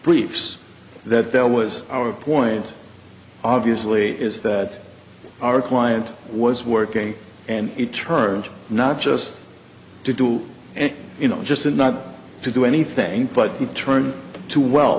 briefs that there was our point obviously is that our client was working and it turned not just to do and you know just and not to do anything but return to well